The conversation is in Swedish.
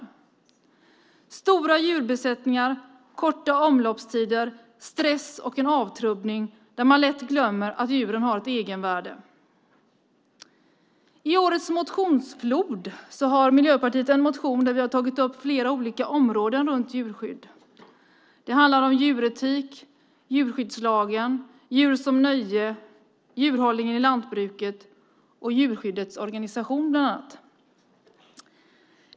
Det är stora djurbesättningar, korta omloppstider, stress och en avtrubbning där man lätt glömmer att djuren har ett egenvärde. I höstens motionsflod har Miljöpartiet en motion där vi har tagit upp flera olika områden i fråga om djurskydd. Det handlar bland annat om djuretik, djurskyddslagen, djur som nöje, djurhållningen i lantbruket och djurskyddets organisation.